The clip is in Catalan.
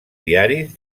diaris